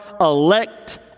elect